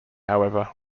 however